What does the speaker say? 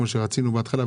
כמו שרצינו בהתחלה,